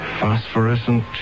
phosphorescent